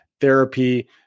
therapy